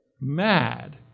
mad